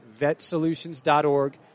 vetsolutions.org